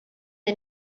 the